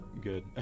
good